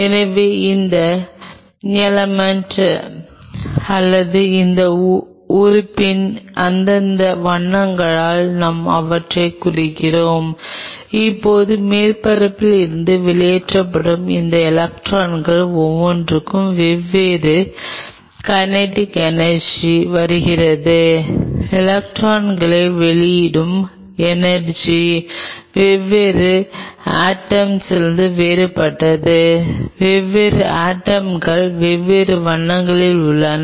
எனவே அந்த எலெமென்ட் அல்லது அந்த உறுப்பின் அந்தந்த வண்ணங்களால் நான் அவற்றைக் குறிக்கிறேன் இப்போது மேற்பரப்பில் இருந்து வெளியேற்றப்படும் இந்த எலக்ட்ரான்கள் ஒவ்வொன்றும் வெவ்வேறு கினெடிக் எனர்ஜி வருகின்றன எலக்ட்ரானை வெளியிடும் எனர்ஜி வெவ்வேறு ஆட்டமிலிருந்து வேறுபட்டது வெவ்வேறு ஆட்டம்கள் வெவ்வேறு வண்ணங்களில் உள்ளன